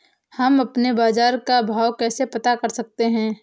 हम अपने बाजार का भाव कैसे पता कर सकते है?